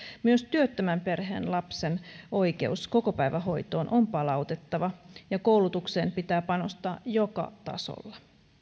myös työttömän perheen lapsen oikeus kokopäivähoitoon on palautettava ja koulutukseen pitää panostaa joka tasolla